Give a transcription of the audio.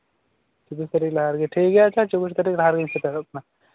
ᱪᱚᱵᱵᱤᱥ ᱛᱟᱹᱨᱤᱠᱷ ᱞᱟᱦᱟ ᱨᱮᱜᱮ ᱴᱷᱤᱠ ᱜᱮᱭᱟ ᱟᱪᱪᱷᱟ ᱪᱚᱵᱵᱤᱥ ᱛᱟᱹᱨᱤᱠᱷ ᱞᱟᱦᱟ ᱨᱮᱜᱮᱧ ᱥᱮᱴᱮᱨᱚᱜ ᱠᱟᱱᱟ